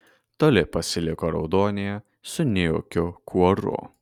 toli pasiliko raudonė su nejaukiu kuoru